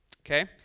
okay